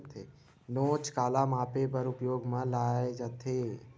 नोच काला मापे बर उपयोग म लाये जाथे?